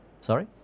Sorry